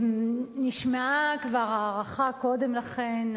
נשמעה הערכה קודם לכן,